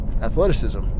athleticism